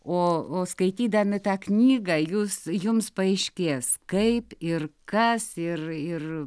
o o skaitydami tą knygą jūs jums paaiškės kaip ir kas ir ir